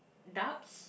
ducks